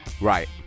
Right